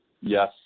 yes